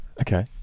Okay